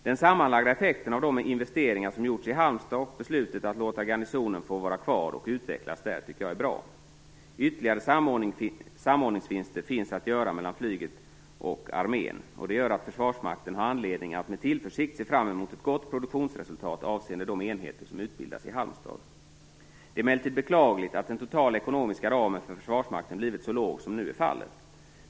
Den sammanlagda effekten av de investeringar som gjorts i Halmstad och beslutet att låta garnisonen få vara kvar och utvecklas där är bra. Ytterligare samordningsvinster som finns att göra mellan flyget och armén gör att Försvarsmakten har anledning att med tillförsikt se fram emot ett gott produktionsresultat avseende de enheter som utbildas i Halmstad. Det är emellertid beklagligt att den totala ekonomiska ramen för Försvarsmakten blivit så liten som nu är fallet.